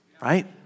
Right